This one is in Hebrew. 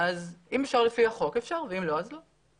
אם אפשר לפי החוק אפשר ואם לא, אז לא.